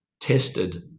tested